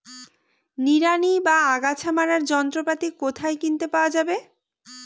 নিড়ানি বা আগাছা মারার যন্ত্রপাতি কোথায় কিনতে পাওয়া যাবে?